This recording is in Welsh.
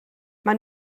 maen